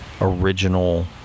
original